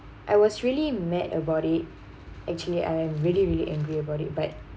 I was really mad about it actually I am really really angry about it but